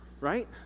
Right